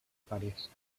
parís